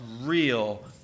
real